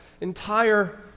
entire